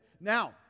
Now